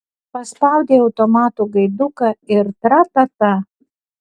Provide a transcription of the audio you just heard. paspaudei automato gaiduką ir tra ta ta